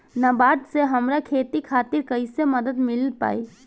नाबार्ड से हमरा खेती खातिर कैसे मदद मिल पायी?